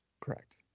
Correct